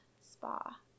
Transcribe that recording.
spa